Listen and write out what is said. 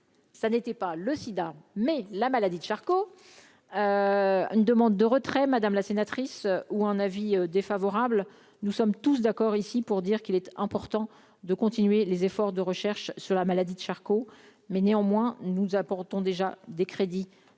ça n'était pas le SIDA, mais la maladie de Charcot, une demande de retrait, madame la sénatrice ou un avis défavorable, nous sommes tous d'accord ici pour dire qu'il est important de continuer les efforts de recherche sur la maladie de Charcot, mais néanmoins, nous apportons déjà des crédits